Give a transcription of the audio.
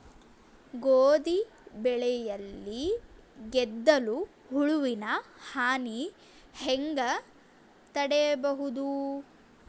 ಗೋಧಿ ಬೆಳೆಯಲ್ಲಿ ಗೆದ್ದಲು ಹುಳುವಿನ ಹಾನಿ ಹೆಂಗ ತಡೆಬಹುದು?